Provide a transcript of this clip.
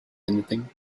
anything